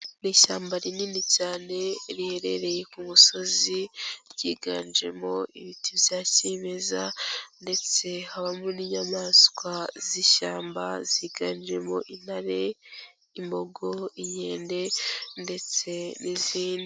Ni ishyamba rinini cyane riherereye ku musozi ryiganjemo ibiti bya kimeza ndetse habamo n'inyamaswa z'ishyamba ziganjemo intare, imbogo, inkende ndetse n'izindi.